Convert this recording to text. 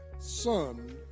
son